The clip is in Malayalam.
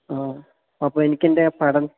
ആ അപ്പോള് എനിക്കെന്റെ പഠനം